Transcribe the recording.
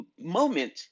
moment